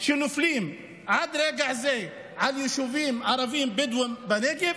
שנופלים עד רגע זה על יישובים ערבים בדואים בנגב.